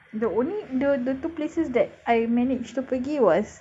the only the the two places that I managed to pergi was